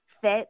fit